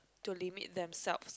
to limit themselves